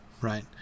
right